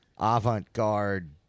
avant-garde